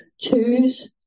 Choose